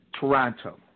Toronto